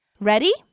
Ready